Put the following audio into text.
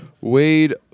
Wade